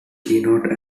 keynote